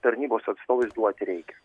tarnybos atstovais duoti reikia